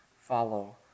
follow